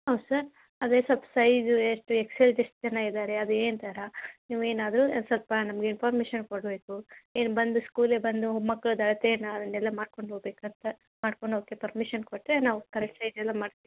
ಹೌದು ಸರ್ ಅದೇ ಸ್ವಲ್ಪ ಸೈಜು ಎಷ್ಟು ಎಷ್ಟು ಸೈಜ್ ಎಷ್ಟು ಜನ ಇದ್ದಾರೆ ಅದು ಏನು ನೀವು ಏನಾದರೂ ಅದು ಸ್ವಲ್ಪ ನಮ್ಗೆ ಇನ್ಫಾರ್ಮೇಷನ್ ಕೊಡಬೇಕು ಇಲ್ಲ ಬಂದು ಸ್ಕೂಲಿಗೆ ಬಂದು ಮಕ್ಳದ್ದು ಅಳ್ತೆನ ಮಾಡ್ಕೊಂಡು ಹೋಗಬೇಕಂತ ಮಾಡ್ಕೊಂಡು ಹೋಗೋಕ್ಕೆ ಪರ್ಮಿಷನ್ ಕೊಟ್ಟರೆ ನಾವು ಕರೆಕ್ಟ್ ಸೈಜೆಲ್ಲ ಮಾಡ್ತೀವಿ